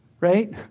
right